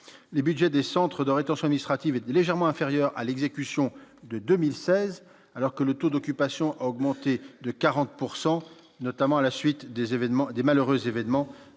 les Budgets des centres de rétention ministre sera légèrement inférieures à l'exécution de 2016 alors que le taux d'occupation a augmenté de 40 pourcent notamment à la suite des événements